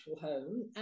home